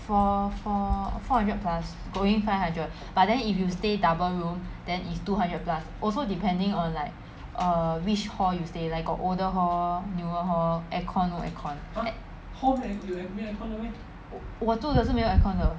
four four four hundred plus going five hundred but then if you stay double room then is two hundred plus also depending on like err which hall you stay like got older hall newer hall aircon no aircon 我住的是没有 aircon 的